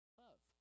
love